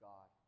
God